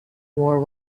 war